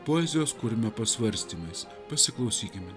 poezijos kurmio pasvarstymais pasiklausykime